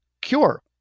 cure